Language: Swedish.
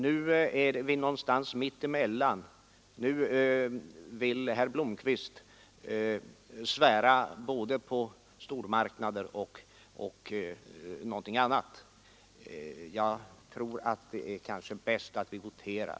Nu är vi någonstans mitt emellan, nu vill herr Blomkvist svära både på stormarknader och på någonting annat. Det är kanske bäst att vi voterar.